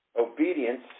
obedience